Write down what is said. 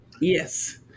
Yes